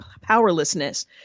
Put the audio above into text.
powerlessness